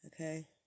okay